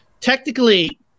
Technically